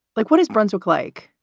like, what is brunswick like?